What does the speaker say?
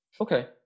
okay